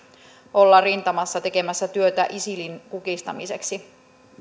olla rintamassa tekemässä työtä isilin kukistamiseksi